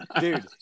Dude